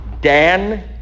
Dan